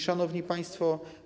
Szanowni Państwo!